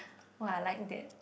!wah! I like that